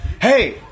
hey